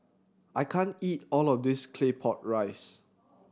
I can't eat all of this Claypot Rice